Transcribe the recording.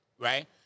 right